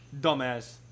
Dumbass